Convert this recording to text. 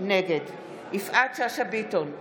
נגד יפעת שאשא ביטון,